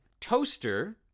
toaster